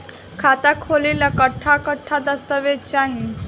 खाता खोले ला कट्ठा कट्ठा दस्तावेज चाहीं?